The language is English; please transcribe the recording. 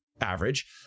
average